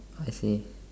I see